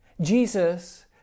Jesus